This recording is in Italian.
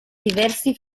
diversi